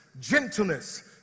gentleness